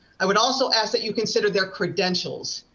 i would also ask that you consider their credentials.